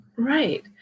right